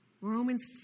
Romans